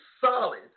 solid